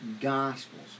Gospels